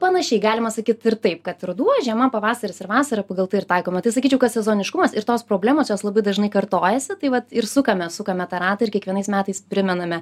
panašiai galima sakyt ir taip kad ruduo žiema pavasaris ir vasara pagal tai ir taikoma tai sakyčiau ka sezoniškumas ir tos problemos jos labai dažnai kartojasi tai vat ir sukame sukame tą ratą ir kiekvienais metais primenam